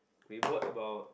we bought about